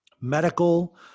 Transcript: medical